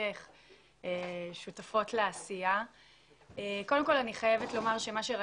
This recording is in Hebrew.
אני חייבת לומר שזה